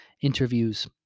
interviews